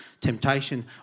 Temptation